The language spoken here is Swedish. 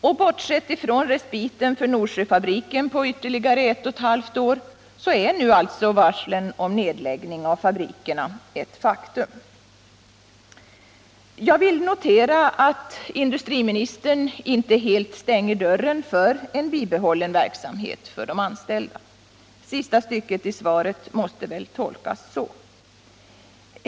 Och bortsett från respiten för Norsjöfabriken på ytterligare ett och ett halvt år, så är nu alltså varslen om nedläggning av fabrikerna ett faktum. Jag vill notera att industriministern inte helt stänger dörren för en bibehållen verksamhet för de anställda. Sista stycket i svaret måste väl tolkas så.